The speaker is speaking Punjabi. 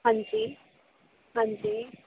ਹਾਂਜੀ ਹਾਂਜੀ